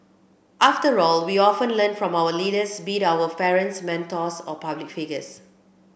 after all we often learn from our leaders be it our parents mentors or public figures